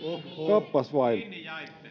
kappas vain